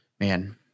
Man